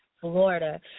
Florida